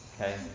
Okay